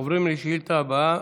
עוברים לשאילתה הבאה,